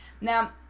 Now